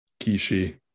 kishi